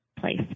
place